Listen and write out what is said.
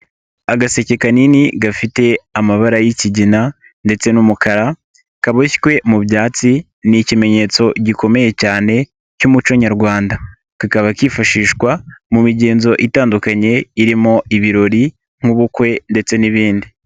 Agaseke kanini gafite amabara y'ikigina ndetse n'umukara, kaboshywe mu byatsi ni ikimenyetso gikomeye cyane cy'umuco nyarwanda, kakaba kifashishwa mu migenzo itandukanye irimo ibirori nk'ubukwe ndetse n'ibindi.